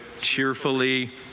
cheerfully